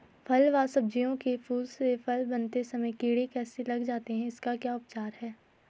फ़ल व सब्जियों के फूल से फल बनते समय कीड़े कैसे लग जाते हैं इसका क्या उपचार है?